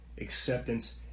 acceptance